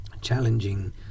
challenging